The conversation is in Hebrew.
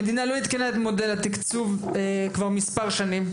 ו׳- המדינה לא עדכנה את מודל התקצוב כבר מספר שנים.